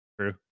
True